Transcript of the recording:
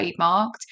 trademarked